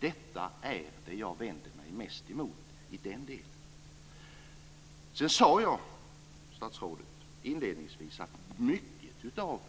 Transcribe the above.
Detta är det jag vänder mig mest emot i den delen. Jag sade inledningsvis att många av